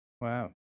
Wow